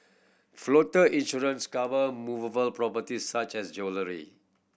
floater insurance cover movable properties such as jewellery